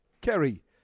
Kerry